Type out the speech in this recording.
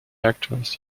actors